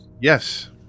Yes